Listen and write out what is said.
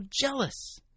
jealous